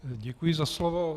Děkuji za slovo.